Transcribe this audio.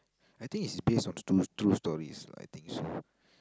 I think it's based on true true stories I think so